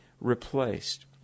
replaced